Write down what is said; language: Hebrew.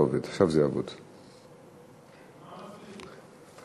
בעד, 9, בתוספת קולו של חבר הכנסת דוד רותם,